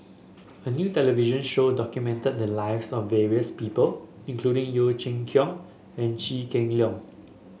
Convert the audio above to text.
a new television show documented the lives of various people including Yeo Chee Kiong and Kheng Long